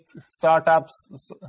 startups